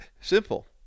simple